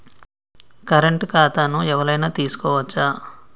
Current ఖాతాను ఎవలైనా తీసుకోవచ్చా?